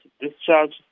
discharge